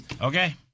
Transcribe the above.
Okay